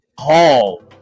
hall